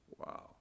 Wow